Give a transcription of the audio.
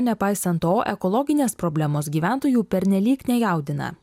nepaisant to ekologinės problemos gyventojų pernelyg nejaudina